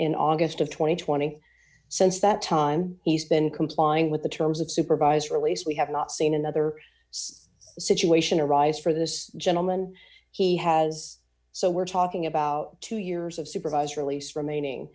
in august of two thousand and twenty since that time he's been complying with the terms of supervised release d we have not seen another situation arise for this gentleman he has so we're talking about two years of supervised release remaining